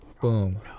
Boom